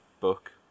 book